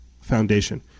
Foundation